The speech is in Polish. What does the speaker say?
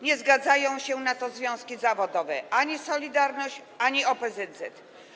Nie zgadzają się na to związki zawodowe - ani „Solidarność”, ani OPZZ.